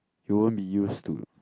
you won't be used to